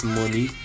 money